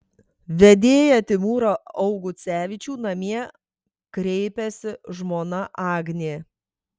vedėją timūrą augucevičių namie kreipiasi žmona agnė